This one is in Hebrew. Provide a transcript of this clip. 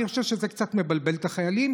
אני חושב שזה קצת מבלבל את החיילים,